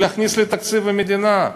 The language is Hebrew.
להכניס לתקציב המדינה,